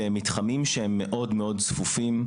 במתחמים שהם מאוד מאוד צפופים,